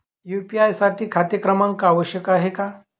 UPI साठी खाते क्रमांक आवश्यक आहे का?